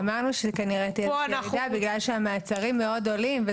אמרנו שכנראה תהיה ירידה בגלל שהמעצרים מאוד עולים,